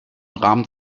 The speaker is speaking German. rahmen